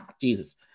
Jesus